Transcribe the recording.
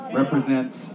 represents